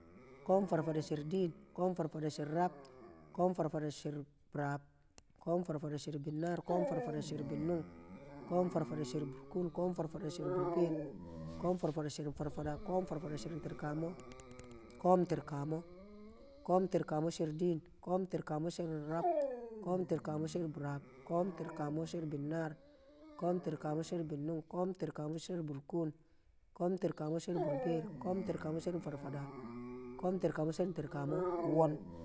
Ko̱mfafadasherdin, ko̱mfafadsher rab, ko̱mfarfadasherbirab, ko̱mfarfadasherbirab, ko̱mfarfadasherbirab, ko̱mfarfadasherbinnaar, ko̱mfarfadsherbinnung, ko̱mfarfadasherburkuun, ko̱m fafadasherburbeer, ko̱m farfadsherfarfada, ko̱mfarfadashertirkamo, ko̱mtirkamo, ko̱mtirkamosherdin, ko̱mtirkamosherab, ko̱mtirkamo sherbirab, ko̱mtirkamosherbinnaar, ko̱mtirkamosherbinnung, ko̱mtirkamosherburkuun, ko̱mtirkamosherburbeer, ko̱mtirkamosher farfada, komtirkamoshertirkamo wo̱n.